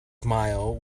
smile